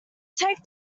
take